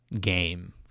game